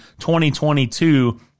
2022